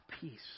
peace